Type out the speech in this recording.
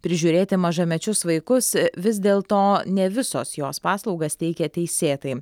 prižiūrėti mažamečius vaikus vis dėlto ne visos jos paslaugas teikia teisėtai